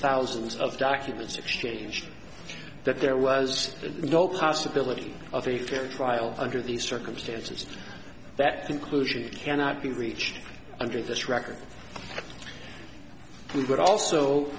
thousands of documents exchanged that there was no possibility of a fair trial under these circumstances that conclusion cannot be reached under this record good also